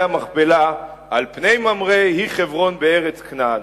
המכפלה על פני ממרא היא חברון בארץ כנען.